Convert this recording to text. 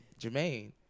Jermaine